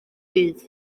bydd